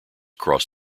cross